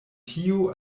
tiu